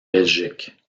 belgique